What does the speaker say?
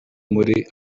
muri